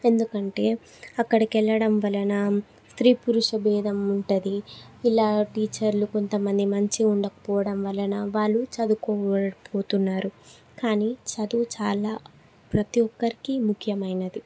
ఎందుకంటే అక్కడికెళ్ళడం వలన స్త్రీ పురుష బేధం ఉంటుంది ఇలా టీచర్లు కొంతమంది మంచి ఉండకపోవడం వలన వాళ్ళు చదువుకోవలేక పోతున్నారు కానీ చదువు చాలా ప్రతి ఒక్కరికి ముఖ్యమైనది